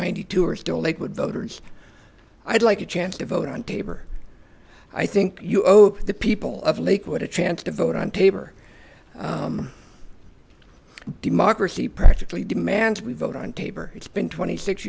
ninety two are still lakewood voters i'd like a chance to vote on taber i think the people of lakewood a chance to vote on taber democracy practically demands we vote on paper it's been twenty six